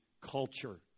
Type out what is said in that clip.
culture